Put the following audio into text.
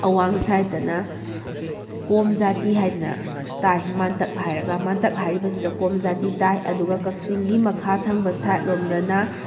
ꯑꯋꯥꯡ ꯁꯥꯏꯗ ꯇꯅ ꯀꯣꯝ ꯖꯥꯇꯤ ꯍꯥꯏꯗꯅ ꯇꯥꯏ ꯃꯥꯟꯇꯛ ꯍꯥꯏꯔꯒ ꯃꯥꯟꯇꯛ ꯍꯥꯏꯔꯤꯕꯁꯤꯗ ꯀꯣꯝ ꯖꯥꯇꯤ ꯇꯥꯏ ꯑꯗꯨꯒ ꯀꯛꯆꯤꯡꯒꯤ ꯃꯈꯥ ꯊꯪꯕ ꯁꯥꯏꯗ ꯂꯣꯝꯗꯅ